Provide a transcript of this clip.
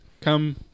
Come